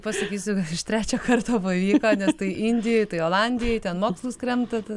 pasakysiu iš trečio karto pavyko tai indijoj tai olandijoj ten mokslus kremtat